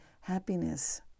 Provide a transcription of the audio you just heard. happiness